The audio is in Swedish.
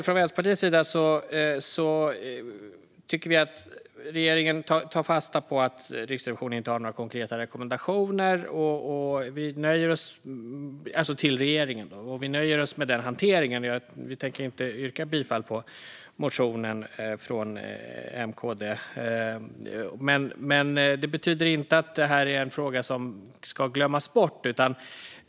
Från Vänsterpartiets sida tycker vi att regeringen tar fasta på att Riksrevisionen inte har några konkreta rekommendationer till regeringen, och vi nöjer oss med den hanteringen. Vi tänker alltså inte yrka bifall till motionen från M och KD, men det betyder inte att detta är en fråga som ska glömmas bort.